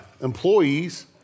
employees